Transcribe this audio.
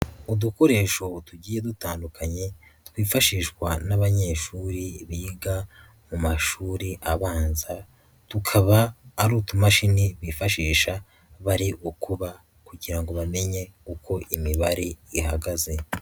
Udukoresho tugiye dutandukanye twifashishwa n'abanyeshuri biga mu mashuri abanza, tukaba ari utumashini bifashisha bari gukuba kugira ngo bamenye uko imibare ihagaze.